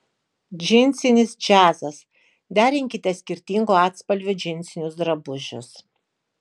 džinsinis džiazas derinkite skirtingų atspalvių džinsinius drabužius